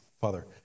Father